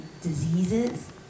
diseases